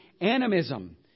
animism